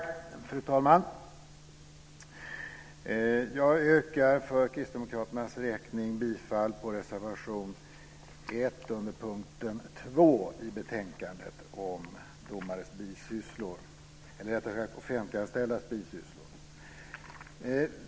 Fru talman! Jag yrkar för Kristdemokraternas räkning bifall till reservation 1 under punkt 2 i betänkandet om offentliganställdas bisysslor.